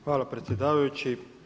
Hvala predsjedavajući.